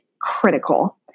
critical